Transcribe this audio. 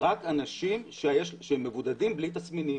רק אנשים מבודדים בלי תסמינים.